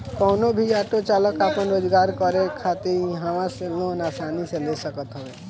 कवनो भी ऑटो चालाक आपन रोजगार करे खातिर इहवा से लोन आसानी से ले सकत हवे